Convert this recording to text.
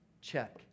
check